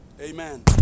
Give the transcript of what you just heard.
Amen